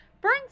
Burns